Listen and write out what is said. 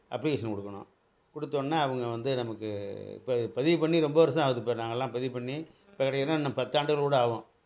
application கொடுக்கணும் கொடுத்தோன்னா அவங்க வந்து நமக்கு இப்போ பதிவு பண்ணி ரொம்ப வருஷம் ஆகுது இப்போ நாங்கெல்லாம் பதிவு பண்ணி இப்போ கிடைக்கலனா இன்னும் பத்தாண்டுகள் கூட ஆகும்